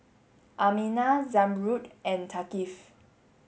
Aminah Zamrud and Thaqif